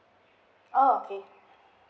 oh okay